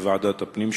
בוועדת הפנים,